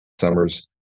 summers